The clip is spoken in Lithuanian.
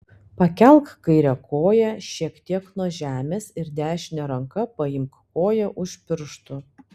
pakelk kairę koją šiek tiek nuo žemės ir dešine ranka paimk koją už pirštų